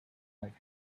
might